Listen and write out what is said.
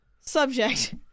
Subject